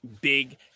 big